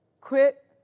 quit